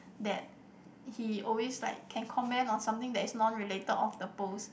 that he always like can comment on something that is non related of the post